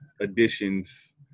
additions